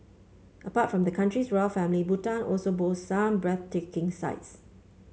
apart from the country's royal family Bhutan also boasts some breathtaking sights